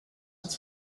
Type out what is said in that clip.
its